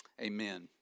Amen